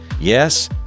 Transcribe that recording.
Yes